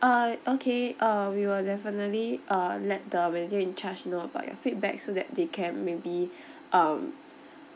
uh okay uh we will definitely uh let the manager in charge know about your feedback so that they can maybe um